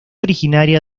originaria